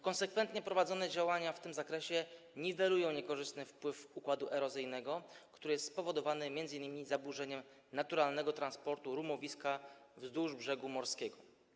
Konsekwentnie prowadzone działania w tym zakresie niwelują niekorzystny wpływ układu erozyjnego, który jest spowodowany m.in. zaburzeniem naturalnego transportu rumowiska wzdłuż brzegu morskiego.